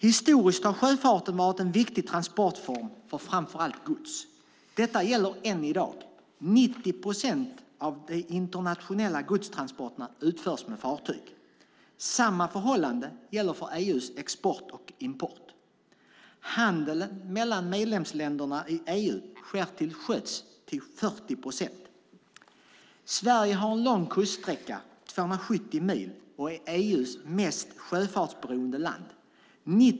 Historiskt har sjöfarten varit en viktig transportform för framför allt gods. Detta gäller än i dag. 90 procent av de internationella godstransporterna utförs med fartyg. Samma förhållande gäller för EU:s export och import. Handeln mellan medlemsländerna i EU sker till sjöss till 40 procent. Sverige har en lång kuststräcka, 270 mil, och är EU:s mest sjöfartsberoende land.